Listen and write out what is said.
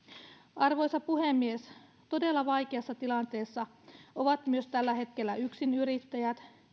arvoisa puhemies todella vaikeassa tilanteessa ovat tällä hetkellä myös yksinyrittäjät